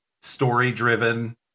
story-driven